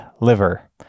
liver